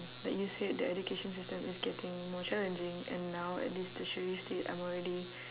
like you said the education system is getting more challenging and now at this tertiary state I'm already